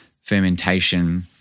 fermentation